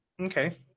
Okay